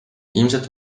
ilmselt